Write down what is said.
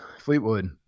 Fleetwood